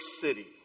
city